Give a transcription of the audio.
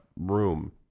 room